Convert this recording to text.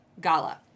Gala